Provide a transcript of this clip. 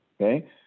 okay